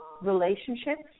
relationships